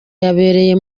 yabereye